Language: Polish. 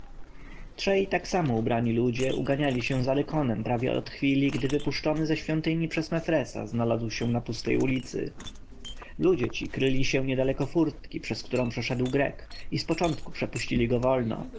trzej tak samo ubrani ludzie uganiali się za lykonem prawie od chwili gdy wypuszczony ze świątyni przez mefresa znalazł się na pustej ulicy ludzie ci kryli się niedaleko furtki przez którą przeszedł grek i z początku przepuścili go wolno